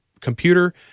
computer